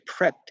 prepped